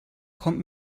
kommt